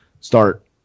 start